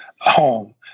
home